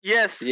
Yes